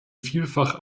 vielfach